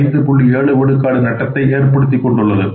7 விழுக்காடு நட்டத்தை ஏற்படுத்திக் கொண்டுள்ளது